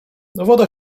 woda